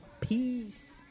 peace